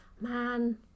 Man